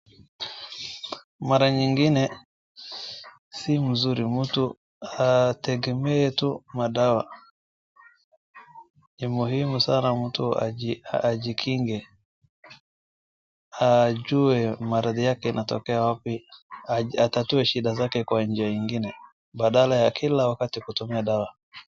Mara nyingine si mzuri mtu ategemee tu madawa ni muhimu sana mtu ajikinge ajue maradhi yake inatokea wapi atatue shida zake kwa njia nyingine badala ya kila wakati kutumia dawa.